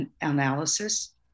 analysis